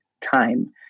time